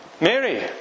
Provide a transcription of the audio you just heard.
Mary